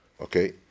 okay